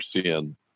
seeing